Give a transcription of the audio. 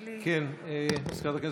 מזכירת הכנסת,